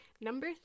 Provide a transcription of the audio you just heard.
Number